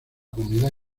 comunidad